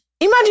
imagine